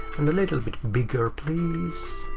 and a little bit bigger, please.